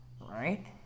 right